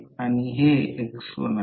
तर हा फ्लक्स ∅2 आहे